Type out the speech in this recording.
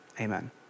amen